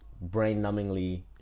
brain-numbingly